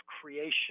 creation